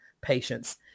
patients